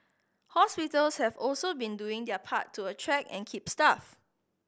hospitals have also been doing their part to attract and keep staff